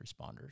responders